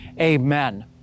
amen